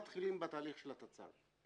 מתחילים בתהליך של התצ"ר,